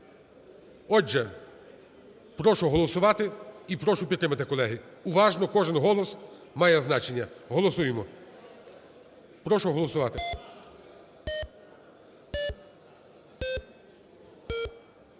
Отже, прошу голосувати і прошу підтримати, колеги. Уважно, кожен голос має значення. Голосуємо. Прошу голосувати.